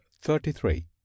thirty-three